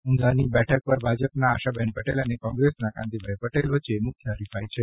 ઊંઝાની બેઠક પર ભાજપના આશાબહેન પટેલ અને કોંગ્રેસના કાંતિભાઈ પટેલ વચ્ચે મુખ્ય હરિફાઈ છે